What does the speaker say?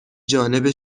جانب